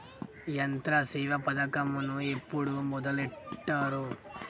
యంత్రసేవ పథకమును ఎప్పుడు మొదలెట్టారు?